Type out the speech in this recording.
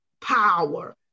power